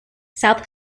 south